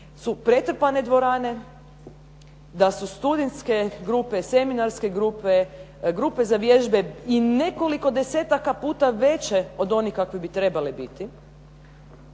su pretrpane dvorane, da su studentske grupe, seminarske grupe, grupe za vježbe i nekoliko desetaka puta veće od onih kakve bi trebale biti.